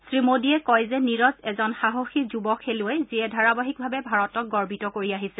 শ্ৰীমোদীয়ে কয় যে নিৰজ এজন সাহসী যুৱ খেলুৱৈ যিয়ে ধাৰাবাহিকভাৱে ভাৰতক গৰ্বিত কৰিছে